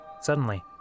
Suddenly